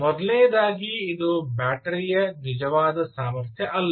ಮೊದಲನೆಯದಾಗಿ ಇದು ಬ್ಯಾಟರಿಯ ನಿಜವಾದ ಸಾಮರ್ಥ್ಯವಲ್ಲ